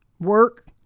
Work